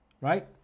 right